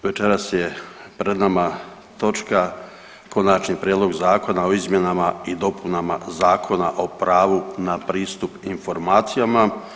Evo, večeras je pred nama točka Konačni prijedlog Zakona o izmjenama i dopunama Zakona o pravu na pristup informacijama.